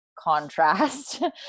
contrast